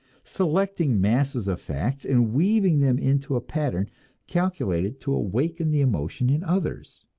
selecting masses of facts and weaving them into a pattern calculated to awaken the emotion in others.